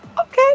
Okay